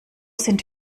sind